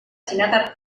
txinatar